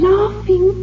Laughing